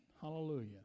Hallelujah